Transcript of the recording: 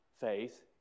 faith